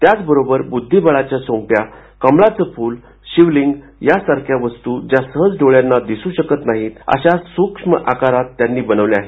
त्याचबरोबर बुद्धिबळाच्या सोंगट्या कमळाचं फूल शिवलिंग यासारख्या वस्तू ज्या सहज डोळ्यांना दिसू शकत नाहीत अशा सूक्ष्म आकारात त्यांनी बनवल्या आहेत